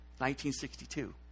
1962